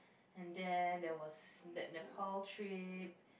and then there was that Nepal trip